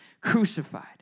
crucified